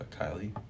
Kylie